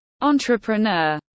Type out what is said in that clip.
entrepreneur